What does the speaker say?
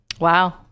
Wow